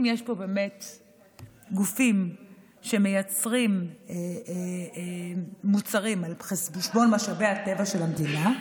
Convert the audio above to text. אם יש פה גופים שמייצרים מוצרים על חשבון משאבי הטבע של המדינה,